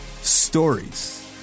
Stories